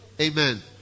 Amen